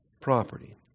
property